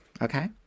okay